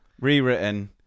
rewritten